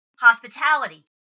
hospitality